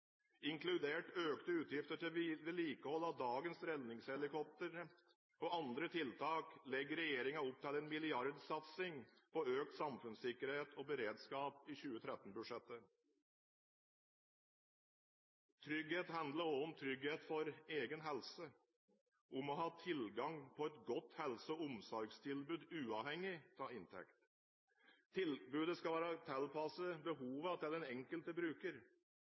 Inkludert økte utgifter til vedlikehold av dagens redningshelikoptre og andre tiltak legger regjeringen opp til en milliardsatsing på økt samfunnssikkerhet og beredskap i 2013-budsjettet. Trygghet handler også om trygghet for egen helse – om å ha tilgang på et godt helse- og omsorgstilbud uavhengig av inntekt. Tilbudet skal være tilpasset behovene til den enkelte bruker.